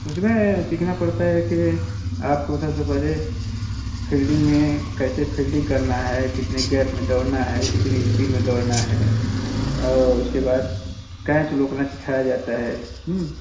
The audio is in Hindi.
उसमें सीखना पड़ता है कि आपको सबसे पहले फील्डिंग में कैसे फील्डिंग करना है कितने गैप में दौड़ना है कितनी स्पीड में दौड़ना है और उसके बाद कैच रोकना सिखाया जाता है